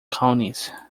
counties